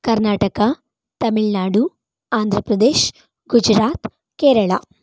Karnataka Tamil Nadu Andhra Pradesh Gujarat Kerala